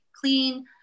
clean